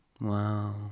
Wow